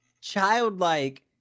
childlike